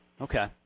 Okay